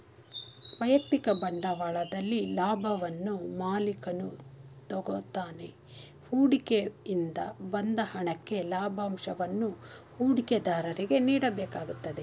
ವೈಯಕ್ತಿಕ ಬಂಡವಾಳದಲ್ಲಿ ಲಾಭವನ್ನು ಮಾಲಿಕನು ತಗೋತಾನೆ ಹೂಡಿಕೆ ಇಂದ ಬಂದ ಹಣಕ್ಕೆ ಲಾಭಂಶವನ್ನು ಹೂಡಿಕೆದಾರರಿಗೆ ನೀಡಬೇಕಾಗುತ್ತದೆ